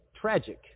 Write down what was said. tragic